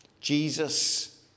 Jesus